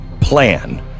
plan